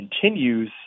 continues